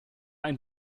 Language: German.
ein